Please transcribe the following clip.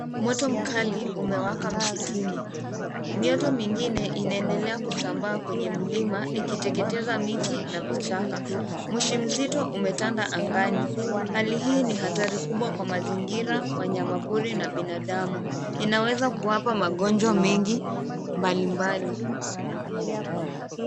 Moto mkali umewaka mzituni, mioto mingine inaendelea kusambaa kwenye milima ikiteketesa miti na vichaka, moshi msito umetanda angani, hali hii ni hatari kumba wa mazingira wa wanyama pori na binadamu inaweza kuwapa magonjwa mingi mbalimbali.